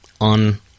on